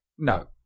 No